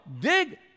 dig